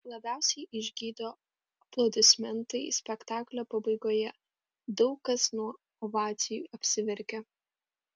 labiausiai išgydo aplodismentai spektaklio pabaigoje daug kas nuo ovacijų apsiverkia